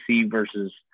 versus